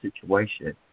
situation